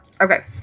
Okay